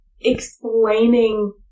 explaining